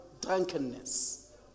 drunkenness